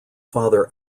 father